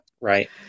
Right